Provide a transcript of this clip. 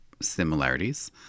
similarities